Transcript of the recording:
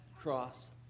cross